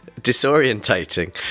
disorientating